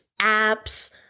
apps